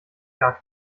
gar